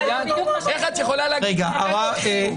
איך את יכולה להגיד לו לתת חיוב?